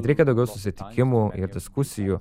reikia daugiau susitikimų ir diskusijų